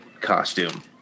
costume